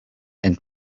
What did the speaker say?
and